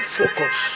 focus